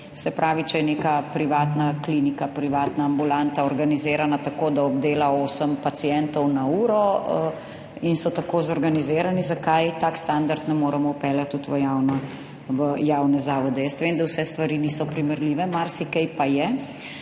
Se pravi, če je neka privatna klinika, privatna ambulanta organizirana tako, da obdela 8 pacientov na uro in so tako zorganizirani, zakaj tak standard ne moremo vpeljati tudi v javno, v javne zavode? Jaz vem, da vse stvari niso primerljive, marsikaj pa je,